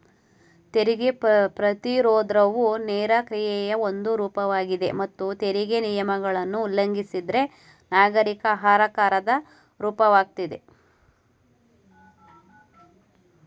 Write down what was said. ತೆರಿಗೆ ಪ್ರತಿರೋಧವು ನೇರ ಕ್ರಿಯೆಯ ಒಂದು ರೂಪವಾಗಿದೆ ಮತ್ತು ತೆರಿಗೆ ನಿಯಮಗಳನ್ನ ಉಲ್ಲಂಘಿಸಿದ್ರೆ ನಾಗರಿಕ ಅಸಹಕಾರದ ರೂಪವಾಗಿದೆ